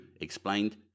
explained